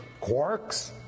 quarks